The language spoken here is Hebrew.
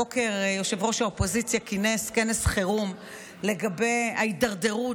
הבוקר ראש האופוזיציה כינס כנס חירום לגבי ההידרדרות